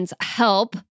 help